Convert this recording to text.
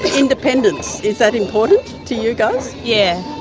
independence, is that important to you guys? yeah,